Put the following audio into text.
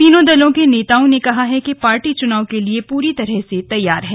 तीनों दलों के नेताओं ने कहा है कि पार्टी चुनाव के लिए पूरी तरह से तैयार है